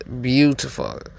beautiful